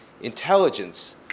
intelligence